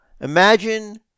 Imagine